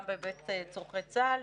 גם בהיבט צורכי צה"ל,